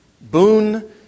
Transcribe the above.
boon